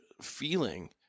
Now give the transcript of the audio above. feeling